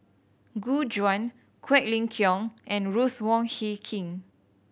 Gu Juan Quek Ling Kiong and Ruth Wong Hie King